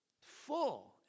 full